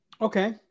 Okay